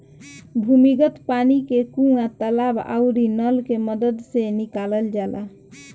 भूमिगत पानी के कुआं, तालाब आउरी नल के मदद से निकालल जाला